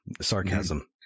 sarcasm